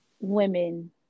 women